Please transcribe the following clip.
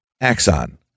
Axon